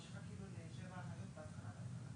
סמכויות גם למשרד לשירותי דת וגם ברבנות